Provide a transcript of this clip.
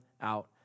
out